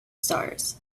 stars